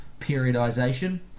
periodization